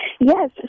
Yes